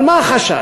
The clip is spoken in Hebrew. אבל מה החשש?